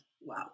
Wow